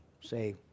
say